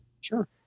Sure